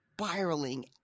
spiraling